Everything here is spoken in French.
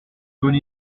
bonne